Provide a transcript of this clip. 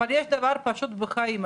אבל יש דבר פשוט בחיים,